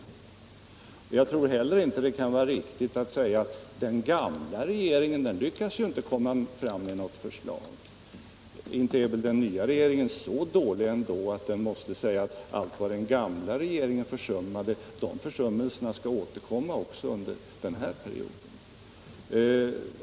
Jag tycker inte heller att det är riktigt att hänvisa till att den gamla regeringen inte lyckades komma fram med något förslag. Inte är väl den nya regeringen så dålig ändå att den måste säga att alla den gamla regeringens försummelser skall återkomma också under den här perioden?